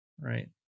right